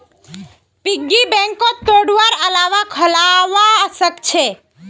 piggy बैंकक तोडवार अलावा खोलवाओ सख छ